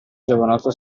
giovanotto